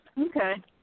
Okay